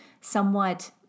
somewhat